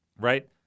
right